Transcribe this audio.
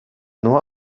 nur